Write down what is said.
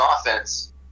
offense